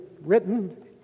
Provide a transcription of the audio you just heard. written